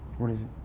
what is it?